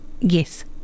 Yes